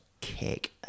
kick